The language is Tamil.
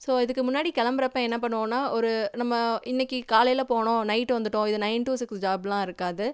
ஸோ இதுக்கு முன்னாடி கிளம்புறப்ப என்ன பண்ணுவோம்னா ஒரு நம்ம இன்றைக்கி காலையில் போனோம் நைட்டு வந்துட்டோம் இது நயன் டூ சிக்ஸ் ஜாப்பெலாம் இருக்காது